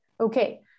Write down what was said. Okay